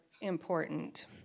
important